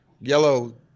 yellow